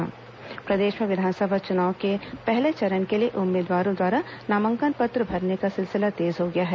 विस चुनाव नामांकन पत्र प्रदेश में विधानसभा चुनाव के पहले चरण के लिए उम्मीदवारों द्वारा नामांकन पत्र भरने का सिलसिला तेज हो गया है